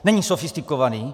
Není sofistikovaný.